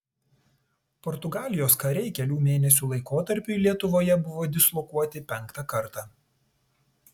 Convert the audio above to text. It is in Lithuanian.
portugalijos kariai kelių mėnesių laikotarpiui lietuvoje buvo dislokuoti penktą kartą